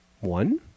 One